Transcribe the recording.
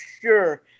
sure